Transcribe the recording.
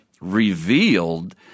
revealed